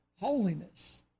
holiness